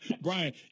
Brian